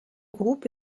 groupe